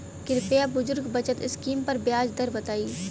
कृपया बुजुर्ग बचत स्किम पर ब्याज दर बताई